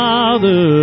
Father